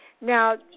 Now